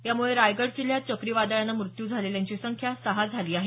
यामुळे रायगड जिल्ह्यात चक्रीवादळानं मृत्यू झालेल्यांची संख्या सहा झाली आहे